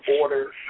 order